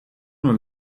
nur